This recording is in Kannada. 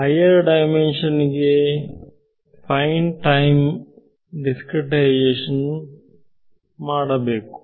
ಹಯ್ಯರ್ ದಿಮೆಂಶನ್ ಗಳು ಫೈನ್ ಟೈಮ್ ದಿಸ್ಕ್ರೇಟೈಸೇಶನ್ ಬಯಸುತ್ತವೆ